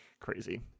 crazy